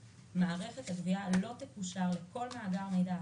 (ג)מערכת הגבייה לא תקושר לכל מאגר מידע אחר,